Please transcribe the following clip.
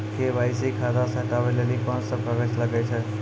KYC खाता से हटाबै लेली कोंन सब कागज लगे छै?